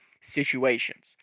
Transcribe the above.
situations